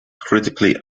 critically